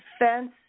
Defense